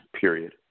period